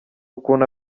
ukuntu